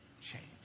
change